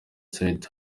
said